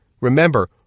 Remember